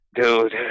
dude